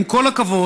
עם כל הכבוד,